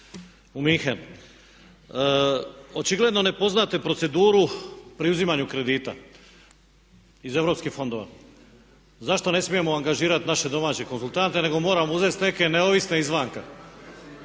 u München? Očigledno ne poznajete proceduru pri uzimanju kredita iz europskih fondova. Zašto ne smijemo angažirati naše domaće konzultante nego moramo uzeti neke neovisne izvana.